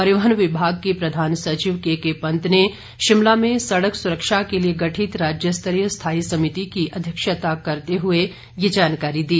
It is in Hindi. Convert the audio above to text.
परिवहन विभाग के प्रधान सचिव के केके पंत ने शिमला में सड़क सुरक्षा के लिए गठित राज्य स्तरीय स्थाई समिति की अध्यक्षता करते हुए ये जानकारी दी